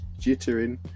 jittering